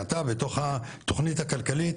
כי אתה בתוך התוכניות הכלכליות,